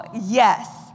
yes